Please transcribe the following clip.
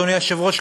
אדוני היושב-ראש,